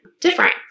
different